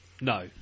No